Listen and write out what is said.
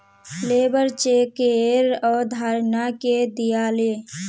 labour चेकेर अवधारणा के दीयाले